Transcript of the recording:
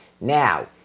now